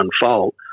unfold